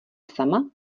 sama